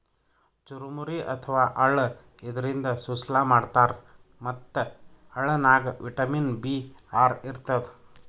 ಚುರಮುರಿ ಅಥವಾ ಅಳ್ಳ ಇದರಿಂದ ಸುಸ್ಲಾ ಮಾಡ್ತಾರ್ ಮತ್ತ್ ಅಳ್ಳನಾಗ್ ವಿಟಮಿನ್ ಬಿ ಆರ್ ಇರ್ತದ್